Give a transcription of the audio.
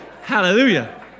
Hallelujah